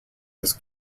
this